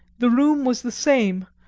the room was the same,